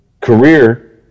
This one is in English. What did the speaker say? career